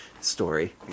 story